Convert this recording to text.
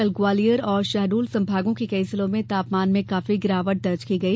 कल ग्वालियर और शहडोल संभागों के कई जिलों में तापमान में काफी गिरावट दर्ज की गई